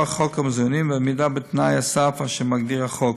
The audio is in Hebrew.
חוק המוזיאונים ועמידה בתנאי הסף אשר מגדיר החוק.